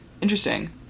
interesting